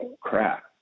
crap